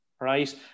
right